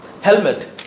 Helmet